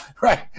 Right